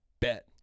bet